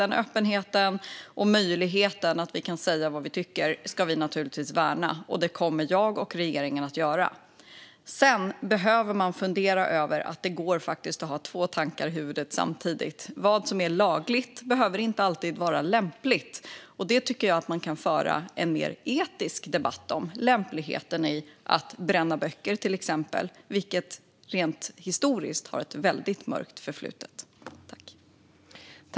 Den öppenheten - möjligheten att säga vad vi tycker - ska vi naturligtvis värna, och det kommer jag och regeringen att göra. Sedan behöver man fundera över att det faktiskt går att hålla två tankar i huvudet samtidigt. Det som är lagligt behöver inte alltid vara lämpligt, och det tycker jag att man kan föra en mer etisk debatt om. Det gäller till exempel lämpligheten i att bränna böcker, vilket historiskt sett har ett väldigt mörkt förflutet.